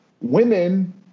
women